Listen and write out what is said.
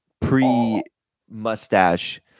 pre-mustache